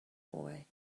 boy